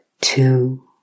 Two